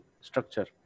structure